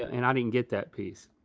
and i didn't get that piece.